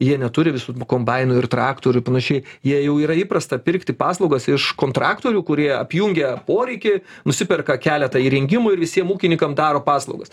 jie neturi visų kombainų ir traktorių ir panašiai jie jau yra įprasta pirkti paslaugas iš kontraktorių kurie apjungia poreikį nusiperka keletą įrengimų ir visiem ūkininkam daro paslaugas